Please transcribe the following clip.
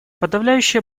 подавляющее